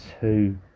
two